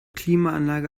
klimaanlage